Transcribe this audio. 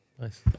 Nice